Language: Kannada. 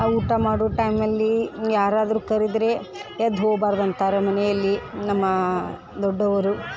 ಅವ್ ಊಟ ಮಾಡೋ ಟೈಮಲ್ಲಿ ಯಾರಾದರೂ ಕರೆದ್ರೆ ಎದ್ದು ಹೋಗ್ಬಾರ್ದ್ ಅಂತಾರೆ ಮನೆಯಲ್ಲಿ ನಮ್ಮ ದೊಡ್ಡವರು